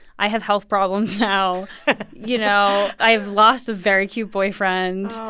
i have health problems now you know, i've lost a very cute boyfriend.